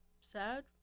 sad